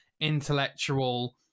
intellectual